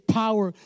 power